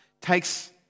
takes